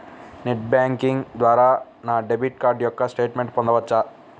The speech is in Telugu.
నెట్ బ్యాంకింగ్ ద్వారా నా డెబిట్ కార్డ్ యొక్క స్టేట్మెంట్ పొందవచ్చా?